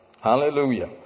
Hallelujah